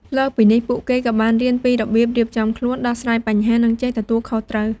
លើសពីនេះពួកគេក៏បានរៀនពីរបៀបរៀបចំខ្លួន ដោះស្រាយបញ្ហា និងចេះទទួលខុសត្រូវ។